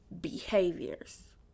behaviors